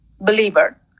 believer